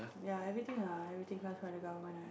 ya everything ah everything comes from the government ah